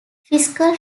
fiscal